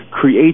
create